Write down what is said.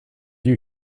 you